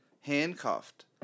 handcuffed